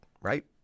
right